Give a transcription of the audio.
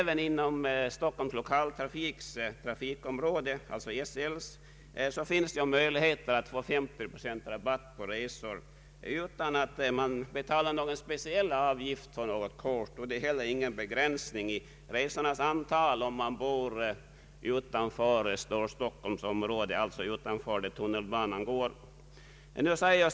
Inom Storstockholms lokaltrafiks område finns det möjlighet att få 50 procents rabatt på resor utan att betala någon speciell avgift för rabattkort eller utan begränsning i resornas antal om man bor utanför Storstockholmsområdet, dvs. utanför tunnelbanans räckvidd.